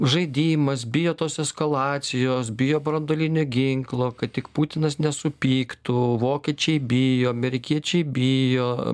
žaidimas bijo tos eskalacijos bijo branduolinio ginklo kad tik putinas nesupyktų vokiečiai bijo amerikiečiai bijo